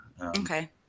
Okay